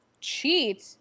Cheat